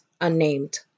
unnamed